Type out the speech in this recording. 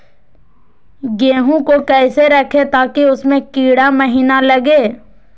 गेंहू को कैसे रखे ताकि उसमे कीड़ा महिना लगे?